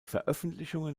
veröffentlichungen